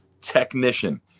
technician